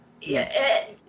Yes